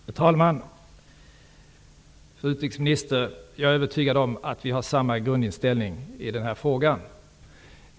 Herr talman! Fru utrikesminister! Jag är övertygad om att vi har samma grundinställning i den här frågan.